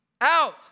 Out